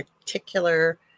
particular